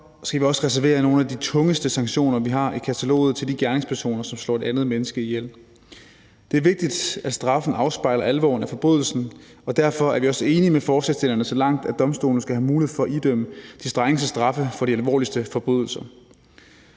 skal vi også reservere nogle af de tungeste sanktioner, vi har i kataloget, til de gerningspersoner, som slår et andet menneske ihjel. Det er vigtigt, at straffen afspejler alvoren af forbrydelsen, og derfor er vi også enige med forslagsstillerne så langt, at domstolene skal have mulighed for at idømme de strengeste straffe for de alvorligste forbrydelser.